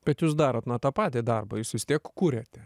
bet jūs darot na tą patį darbą jūs vis tiek kuriate